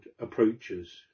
approaches